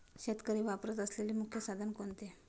शेतकरी वापरत असलेले मुख्य साधन कोणते?